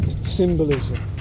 symbolism